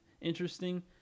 interesting